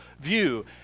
view